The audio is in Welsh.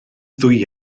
ddwy